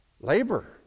labor